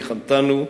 ניחמתנו.